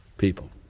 people